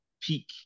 peak